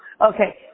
Okay